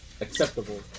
acceptable